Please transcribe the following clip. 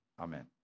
Amen